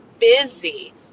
busy